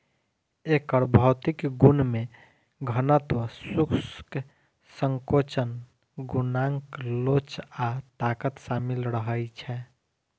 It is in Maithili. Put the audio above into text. एकर भौतिक गुण मे घनत्व, शुष्क संकोचन गुणांक लोच आ ताकत शामिल रहै छै